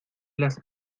las